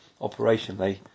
operationally